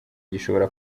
gishobora